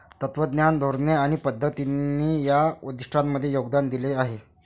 तत्त्वज्ञान, धोरणे आणि पद्धतींनी या उद्दिष्टांमध्ये योगदान दिले आहे